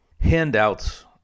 Handouts